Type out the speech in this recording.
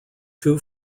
two